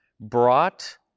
brought